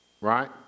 Right